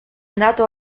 nato